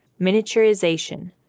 Miniaturization